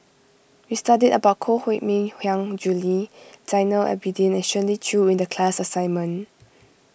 we studied about Koh Mui Hiang Julie Zainal Abidin Shirley Chew in the class assignment